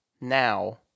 now